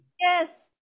Yes